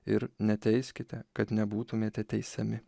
ir neteiskite kad nebūtumėte teisiami